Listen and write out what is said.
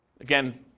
Again